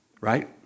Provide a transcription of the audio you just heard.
right